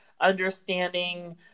understanding